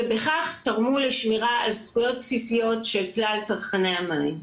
ובכך תרמו לשמירה על זכויות בסיסיות של כלל צרכני המים,